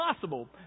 possible